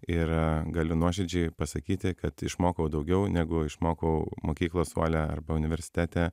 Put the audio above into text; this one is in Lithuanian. ir galiu nuoširdžiai pasakyti kad išmokau daugiau negu išmokau mokyklos suole arba universitete